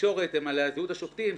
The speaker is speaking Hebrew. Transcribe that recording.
בתקשורת הם על זהות השופטים,